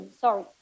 Sorry